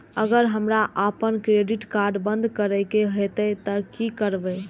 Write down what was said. अगर हमरा आपन क्रेडिट कार्ड बंद करै के हेतै त की करबै?